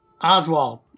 Oswald